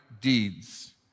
deeds